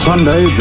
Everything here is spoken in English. Sunday